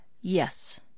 yes